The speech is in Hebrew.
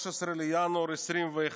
13 בינואר 2021,